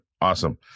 Awesome